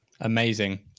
Amazing